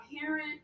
parent